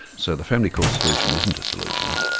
so the family court solution isn't a solution,